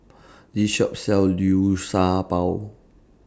This Shop sells Liu Sha Bao